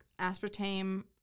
Aspartame